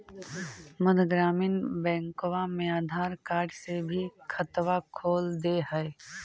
मध्य ग्रामीण बैंकवा मे आधार कार्ड से भी खतवा खोल दे है?